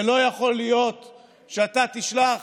ולא יכול להיות שאתה תשלח,